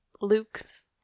Luke's